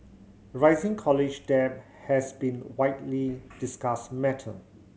rising college debt has been widely discussed matter